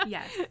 Yes